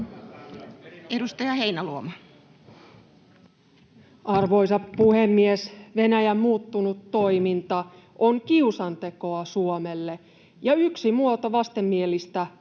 Content: Arvoisa puhemies! Venäjän muuttunut toiminta on kiusantekoa Suomelle ja yksi muoto vastenmielistä ihmiskauppaa.